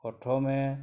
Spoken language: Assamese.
প্ৰথমে